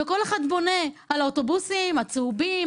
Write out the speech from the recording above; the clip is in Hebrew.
וכל אחד בונה על האוטובוסים הצהובים,